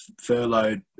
furloughed